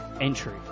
Entry